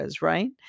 right